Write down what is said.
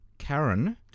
Karen